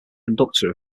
conductor